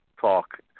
talk